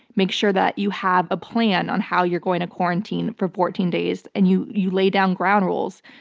make sure that you have a plan on how you're going to quarantine for fourteen days. and you you lay down ground rules,